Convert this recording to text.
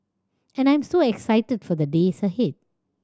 and I'm so excited for the days ahead